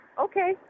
okay